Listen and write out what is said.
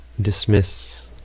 dismiss